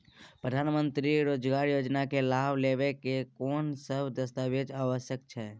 प्रधानमंत्री मंत्री रोजगार योजना के लाभ लेव के कोन सब दस्तावेज आवश्यक छै?